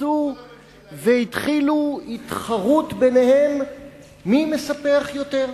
קפצו והתחילו התחרות ביניהם מי מספח יותר?